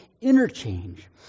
interchange